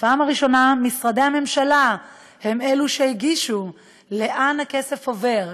בפעם הראשונה משרדי הממשלה הם אלו שהגישו לאן הכסף עובר,